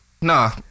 Nah